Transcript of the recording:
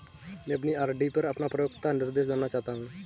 मैं अपनी आर.डी पर अपना परिपक्वता निर्देश जानना चाहता हूँ